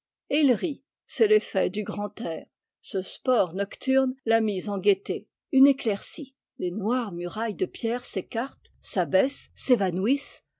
et il rit c'est l'effet du grand air ce sport nocturne l'a mis en gaieté une éclaircie les noires murailles de pierre s'écartent s'abaissent s'évanouissent